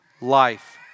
life